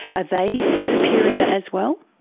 are they superior as well?